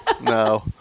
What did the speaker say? no